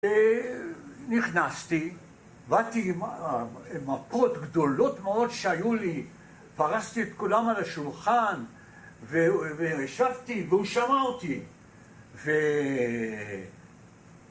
ונכנסתי, באתי עם המפות גדולות מאוד שהיו לי, פרסתי את כולם על השולחן וישבתי והוא שמע אותי.